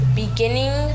beginning